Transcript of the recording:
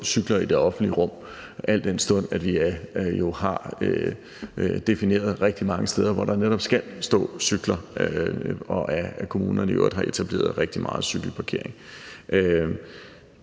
cykler i det offentlige rum, al den stund at vi jo har defineret rigtig mange steder, hvor der netop skal stå cykler, og at kommunerne i øvrigt har etableret rigtig meget cykelparkering. Det,